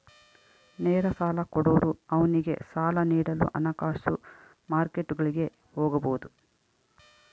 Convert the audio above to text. ನೇರ ಸಾಲ ಕೊಡೋರು ಅವ್ನಿಗೆ ಸಾಲ ನೀಡಲು ಹಣಕಾಸು ಮಾರ್ಕೆಟ್ಗುಳಿಗೆ ಹೋಗಬೊದು